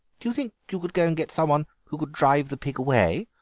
do you think you could go and get some one who would drive the pig away?